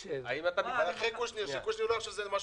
אחרי קושניר, כדי שקושניר לא יחשוב שזה נגדו.